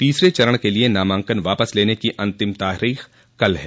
तीसरे चरण के लिए नामांकन वापस लेने की अंतिम तारीख कल है